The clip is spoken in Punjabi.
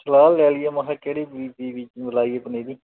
ਸਲਾਹ ਲੈ ਲਈਏ ਮੈਂ ਕਿਹਾ ਕਿਹੜੀ ਬੀਜੀ ਬੀ ਲਾਈਏ ਪਨੀਰੀ